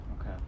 Okay